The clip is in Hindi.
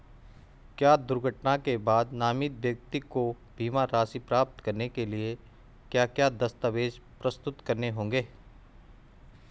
क्या दुर्घटना के बाद नामित व्यक्ति को बीमा राशि प्राप्त करने के लिए क्या क्या दस्तावेज़ प्रस्तुत करने होंगे?